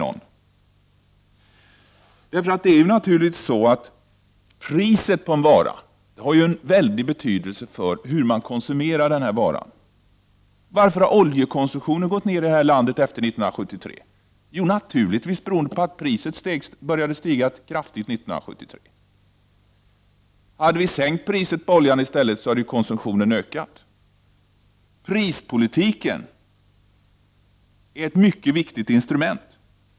Priset på en vara har naturligtvis en väldig betydelse för hur man konsumerar denna vara. Varför har oljekonsumtionen gått ned i detta land efter 1973? Naturligtvis beroende på att priset började stiga så kraftigt 1973. Hade vi sänkt priset på oljan i stället hade konsumtionen ökat. Prispolitiken är ett mycket viktigt instrument.